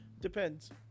depends